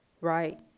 right